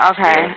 Okay